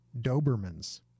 Dobermans